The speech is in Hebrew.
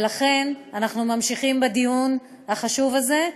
ולכן אנחנו ממשיכים בדיון החשוב הזה,